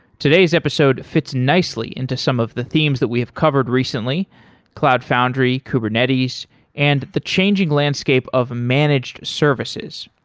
today's episode fits nicely into some of the themes that we have covered recently cloud foundry, kubernetes and the changing landscape of managed services.